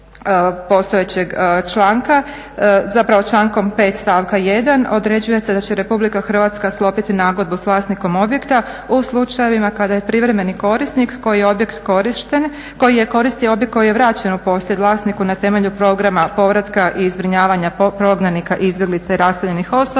postojećeg članka, zapravo člankom 5. stavka 1. određuje se da će Republika Hrvatska sklopiti nagodbu s vlasnikom objekta u slučajevima kad je privremeni korisnik koji je koristio objekt koji je vraćen u posjed vlasniku na temelju programa povratka i zbrinjavanja prognanika, izbjeglica i raseljenih osoba